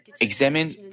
examine